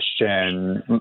question